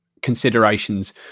considerations